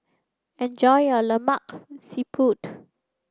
enjoy your Lemak Siput